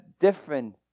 different